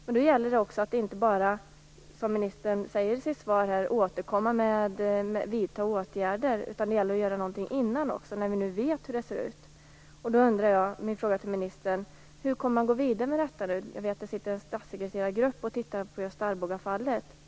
Men då gäller det att man inte bara, som ministern säger i sitt svar, återkommer med åtgärder. Det gäller också att man gör någonting innan det, när vi nu vet hur det ser ut. Min fråga till ministern blir: Hur kommer man nu att gå vidare med detta? Jag vet att det finns en statssekreterargrupp som tittar på just Arboga.